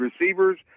receivers